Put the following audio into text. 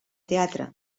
teatre